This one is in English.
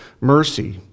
mercy